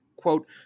Quote